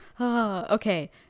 Okay